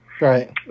Right